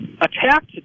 attacked